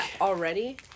Already